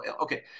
Okay